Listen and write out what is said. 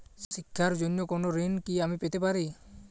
শিক্ষার জন্য কোনো ঋণ কি আমি পেতে পারি?